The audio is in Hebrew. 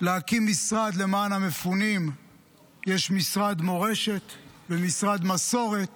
להקים משרד למען המפונים יש משרד מורשת ומשרד מסורת